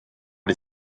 les